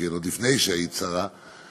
עוד לפני שהיית שרה,